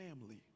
family